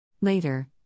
Later